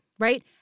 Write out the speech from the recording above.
right